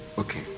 Okay